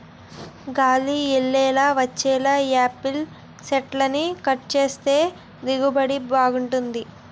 గాలి యెల్లేలా వచ్చేలా యాపిల్ సెట్లని కట్ సేత్తే దిగుబడి బాగుంటది